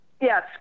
Yes